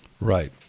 Right